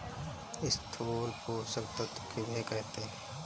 स्थूल पोषक तत्व किन्हें कहते हैं?